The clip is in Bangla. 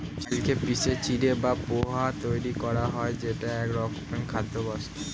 চালকে পিষে চিঁড়ে বা পোহা তৈরি করা হয় যেটা একরকমের খাদ্যবস্তু